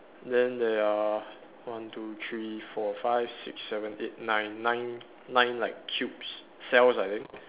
then there are one two three four five six seven eight nine nine nine like cubes cells I think